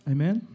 Amen